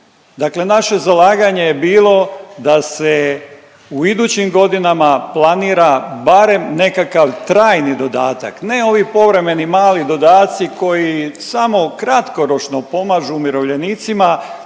Dakle, naše zalaganje je bilo da se u idućim godinama planira barem nekakav trajni dodatak ne ovi povremeni mali dodaci koji samo kratkoročno pomažu umirovljenicima,